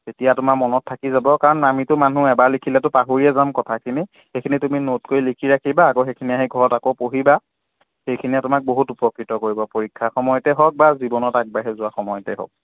তেতিয়া তোমাৰ মনত থাকি যাব কাৰণ আমিতো মানুহ এবাৰ লিখিলেতো পাহৰিয়ে যাম কথাখিনি সেইখিনি তুমি নোট কৰি লিখি ৰাখিবা আকৌ সেইখিনি আহি ঘৰত আকৌ পঢ়িবা সেইখিনিয়ে তোমাক বহুত উপকৃত কৰিব পৰীক্ষাৰ সময়তে হওক বা জীৱনত আগবাঢ়ি যোৱাৰ সময়তে হওক